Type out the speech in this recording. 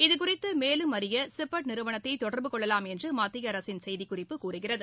இதுகுறித்து மேலும் அறிய சிப்பெட் நிறுவனத்தை தொடர்பு கொள்ளலாம் என்று மத்திய அரசின் செய்திக்குறிப்பு கூறுகிறது